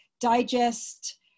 digest